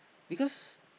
because